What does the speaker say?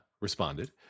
responded